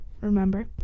remember